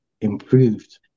improved